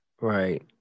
Right